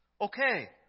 okay